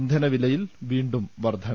ഇന്ധനവിലയിൽ വീണ്ടും വർധന